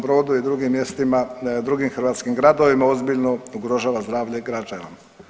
Brodu i drugim mjestima, drugim hrvatskim gradovima ozbiljno ugrožava zdravlje građana.